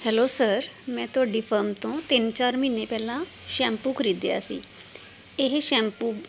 hello sir ਮੈਂ ਤੁਹਾਡੀ firm ਤੋਂ ਤਿੰਨ ਚਾਰ ਮਹੀਨੇ ਪਹਿਲਾਂ ਸ਼ੈਂਪੂ ਖਰੀਦਿਆ ਸੀ ਇਹ ਸ਼ੈਂਪੂ